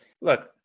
look